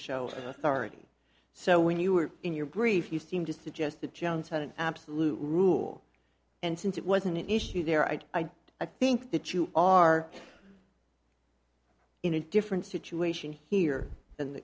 show with already so when you were in your brief you seem to suggest that jones had an absolute rule and since it wasn't an issue there i i think that you are in a different situation here than the